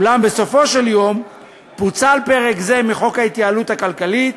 אולם בסופו של דבר פוצל פרק זה מחוק המדיניות הכלכלית